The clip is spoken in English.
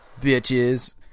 Bitches